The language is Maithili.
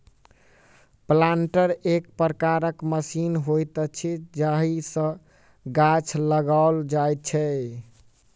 प्लांटर एक प्रकारक मशीन होइत अछि जाहि सॅ गाछ लगाओल जाइत छै